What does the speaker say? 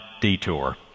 detour